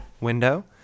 window